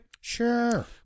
Sure